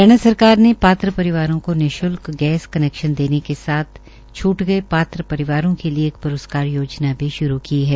हरियाणा सरकार ने पात्र परिवारों को निशुल्क गैस कनैक्शन देने के साथ छूट गए पात्र परिवारों के लिये एक प्रस्कार योजना भी श्रू की है